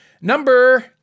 number